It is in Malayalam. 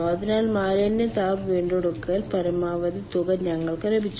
അതിനാൽ മാലിന്യ താപ വീണ്ടെടുക്കലിന്റെ പരമാവധി തുക ഞങ്ങൾക്ക് ലഭിച്ചു